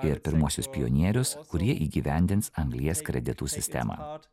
ir pirmuosius pionierius kurie įgyvendins anglies kreditų sistemą